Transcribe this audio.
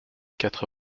quatre